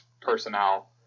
personnel